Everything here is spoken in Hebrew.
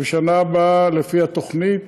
ובשנה הבאה לפי התוכנית,